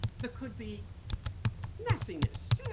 but could be messiness, yeah